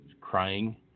crying